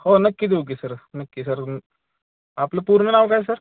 हो नक्की देऊ की सर नक्की सर आपलं पूर्ण नाव काय सर